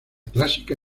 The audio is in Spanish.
clásica